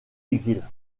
exil